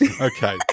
Okay